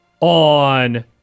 On